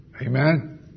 Amen